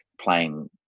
playing